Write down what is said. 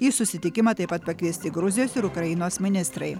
į susitikimą taip pat pakviesti gruzijos ir ukrainos ministrai